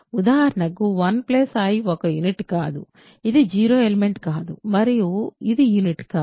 ఉదాహరణకు 1 i ఒక unit కాదు ఇది 0 ఎలిమెంట్ కాదు మరియు ఇది యూనిట్ కాదు